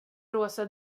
rosa